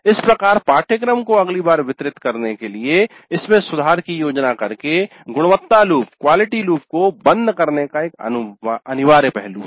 इस प्रकार पाठ्यक्रम को अगली बार वितरित करने के लिए इसमें सुधार की योजना करना गुणवत्ता लूप को बंद करने का एक अनिवार्य पहलू है